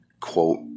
quote